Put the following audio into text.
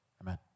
amen